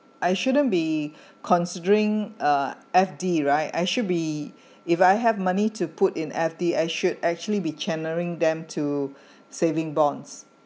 I shouldn't be considering uh F_D right I should be if I have money to put in F_D I should actually be channelling them to saving bonds